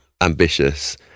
ambitious